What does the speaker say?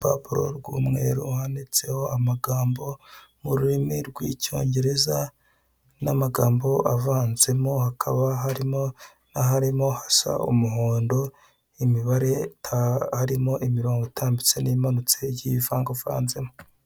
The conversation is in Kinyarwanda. Urupapuro rw'umweru handitseho amagambo mu rurimo rw'Icyongereza n'amagambo avanzemo hakaba harimo n'aharimo hasa umuhondo, umibare, harimo imirongo itamabitse n'imanutse igiye avangavanzemo.